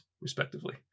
respectively